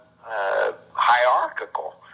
hierarchical